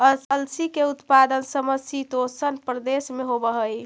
अलसी के उत्पादन समशीतोष्ण प्रदेश में होवऽ हई